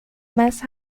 mas